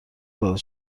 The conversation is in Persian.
داده